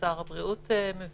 שר הבריאות --- לא,